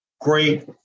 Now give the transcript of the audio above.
great